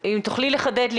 אני רוצה להתייחס לשלוש נקודות